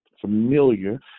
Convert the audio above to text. familiar